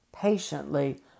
patiently